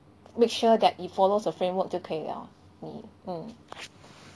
make sure that it follows the framework 就可以了 mm mm